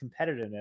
competitiveness